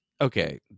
okay